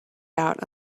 out